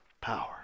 power